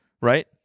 right